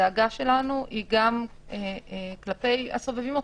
הדאגה שלנו היא גם כלפי הסובבים אותו.